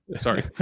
sorry